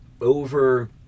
over